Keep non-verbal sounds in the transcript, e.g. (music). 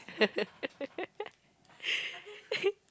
(laughs)